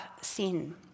sin